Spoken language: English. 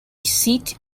seat